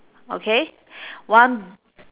okay one